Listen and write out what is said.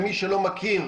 למי שלא מכיר,